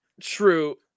True